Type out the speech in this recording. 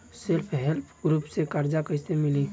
Self help group से कर्जा कईसे मिली?